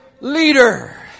leader